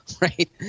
right